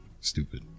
Stupid